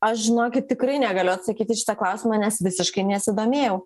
aš žinokit tikrai negaliu atsakyti į šitą klausimą nes visiškai nesidomėjau